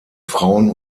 frauen